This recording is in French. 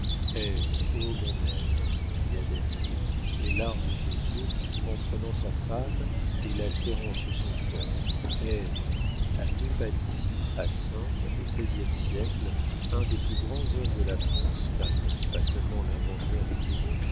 ô mon ève s'écria david les larmes aux yeux en prenant sa femme et la serrant sur son cœur ève à deux pas d'ici à saintes au seizième siècle un des plus grands hommes de la france car il ne fut pas seulement l'inventeur des émaux